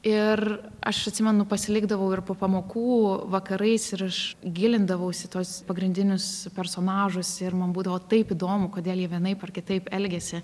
ir aš atsimenu pasilikdavau ir po pamokų vakarais ir aš gilindavaus į tuos pagrindinius personažus ir man būdavo taip įdomu kodėl jie vienaip ar kitaip elgėsi